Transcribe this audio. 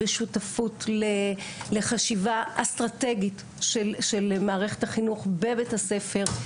בשותפות לחשיבה אסטרטגית של מערכת החינוך בבית הספר.